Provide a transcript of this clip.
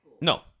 No